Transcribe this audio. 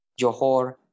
Johor